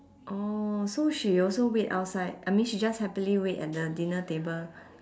orh so she also wait outside I mean she just happily wait at the dinner table